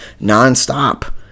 nonstop